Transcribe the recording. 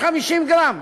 750 גרם,